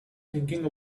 thinking